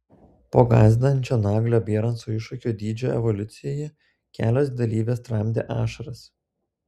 po gąsdinančio naglio bieranco iššūkio dydžio evoliucijoje kelios dalyvės tramdė ašaras